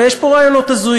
הרי יש פה רעיונות הזויים: